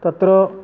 तत्र